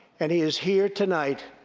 and he is here tonight.